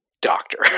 Doctor